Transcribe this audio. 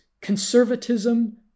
conservatism